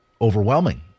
overwhelming